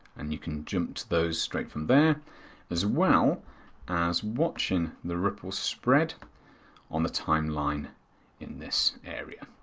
and you can jump to those straight from there as well as watching the ripples spread on the timeline in this area.